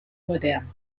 modernes